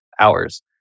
hours